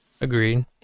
Agreed